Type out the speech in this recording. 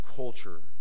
culture